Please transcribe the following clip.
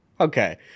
Okay